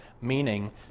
Meaning